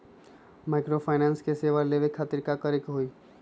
Microfinance के सेवा लेबे खातीर की करे के होई?